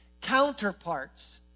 counterparts